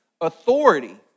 authority